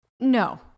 No